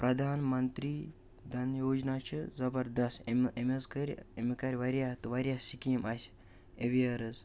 پرٛدھان منتِرٛی دھَن یوجنا چھِ زبردَست اَمہِ اَمہِ حظ کٔرۍ اَمہِ کَرِ واریاہ تہٕ واریاہ سِکیٖم اَسہِ اٮ۪وِیَر حظ